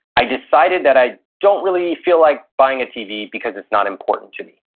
i decided that i don't really feel like buying a tv because it's not important to me.